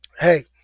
hey